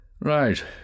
Right